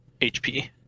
HP